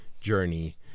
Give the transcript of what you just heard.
journey